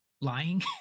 lying